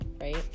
Right